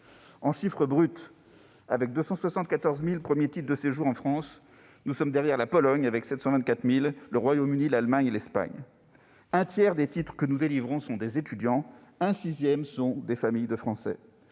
En chiffres bruts, avec 274 000 premiers titres de séjour en France, nous sommes derrière la Pologne, qui en délivre 724 000, le Royaume-Uni, l'Allemagne et l'Espagne. Un tiers des titres que nous délivrons sont destinés à des étudiants et un sixième à des familles de Français.